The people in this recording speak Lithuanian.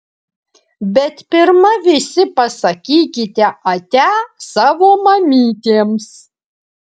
bet pirma visi pasakykite ate savo mamytėms